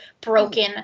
broken